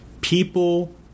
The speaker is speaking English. people